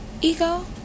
ego